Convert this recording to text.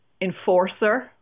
enforcer